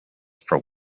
for